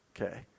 Okay